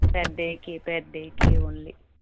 per డేకి per డేకి only